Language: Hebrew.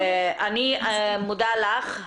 אני מודה לך.